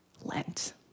Lent